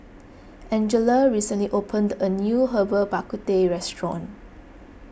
Angella recently opened a new Herbal Bak Ku Teh restaurant